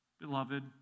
Beloved